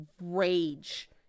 rage